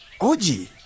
Oji